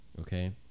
Okay